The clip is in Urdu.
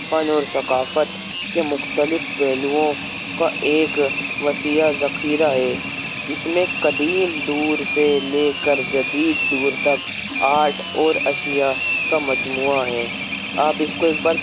فن اور ثقافت کے مختلف پہلوؤں کا ایک وسیع ذخیرہ ہے اس میں قدیم دور سے لے کر جدید دور تک آرٹ اور اشیا کا مجموعہ ہیں آپ اس کو ایک بار